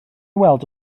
weld